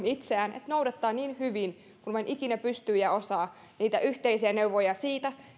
itseään siten että noudattaa niin hyvin kuin vain ikinä pystyy ja osaa niitä yhteisiä neuvoja siitä